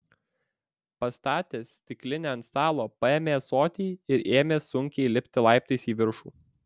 pastatęs stiklinę ant stalo paėmė ąsotį ir ėmė sunkiai lipti laiptais į viršų